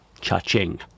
Cha-ching